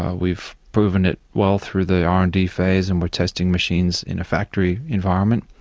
ah we've proven it well through the r and d phase and we're testing machines in a factory environment.